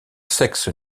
sexe